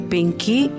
Pinky